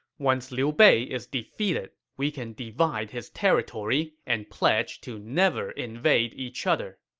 once liu bei is defeated, we can divide his territory and pledge to never invade each other.